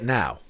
now